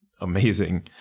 amazing